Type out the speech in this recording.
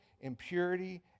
impurity